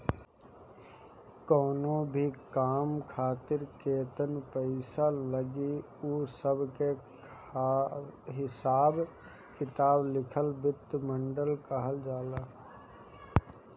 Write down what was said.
कवनो भी काम खातिर केतन पईसा लागी उ सब के हिसाब किताब लिखल वित्तीय मॉडल कहल जाला